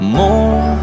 more